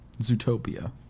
Zootopia